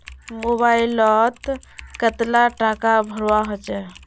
Mobile लोत कतला टाका भरवा होचे?